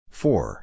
Four